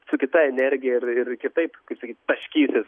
su kita energija ir ir kitaip kaip sakyt taškysis